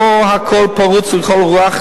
שבו הכול פרוץ לכל רוח,